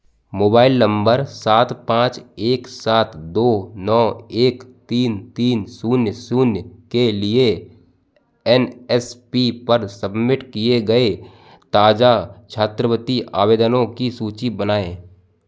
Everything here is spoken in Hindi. मोबाइल नंबर सात पाँच एक सात दो नौ एक तीन तीन शून्य शून्य के लिए एन एस पी पर सबमिट किए गए ताज़ा छात्रवृत्ति आवेदनों की सूची बनाएँ